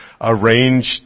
arranged